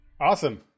Awesome